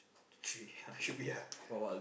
three ah should be ah